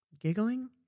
Giggling